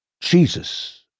Jesus